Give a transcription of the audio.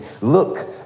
Look